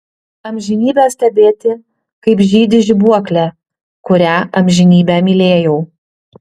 amžinybę stebėti kaip žydi žibuoklė kurią amžinybę mylėjau